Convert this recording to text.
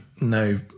no